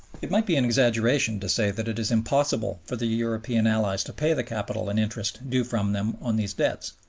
it might be an exaggeration to say that it is impossible for the european allies to pay the capital and interest due from them on these debts,